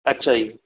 ਅੱਛਾ ਜੀ